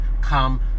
come